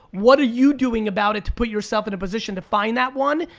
what are you doing about it to put yourself in a position to find that one,